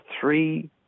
three